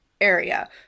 area